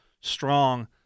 strong